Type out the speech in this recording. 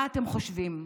מה אתם חושבים,